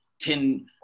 ten